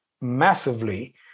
massively